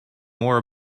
more